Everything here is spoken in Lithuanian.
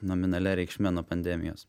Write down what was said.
nominalia reikšme nuo pandemijos